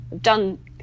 done